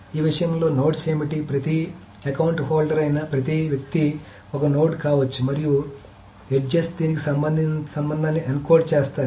ఈ విషయంలో నోడ్స్ ఏమిటి ప్రతి అకౌంట్ హోల్డర్ అయిన ప్రతి వ్యక్తి ఒక నోడ్ కావచ్చు మరియు ఎడ్జెస్ దీనికి మధ్య సంబంధాన్ని ఎన్కోడ్ చేస్తాయి